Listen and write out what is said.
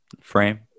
Frame